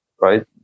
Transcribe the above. right